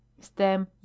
stem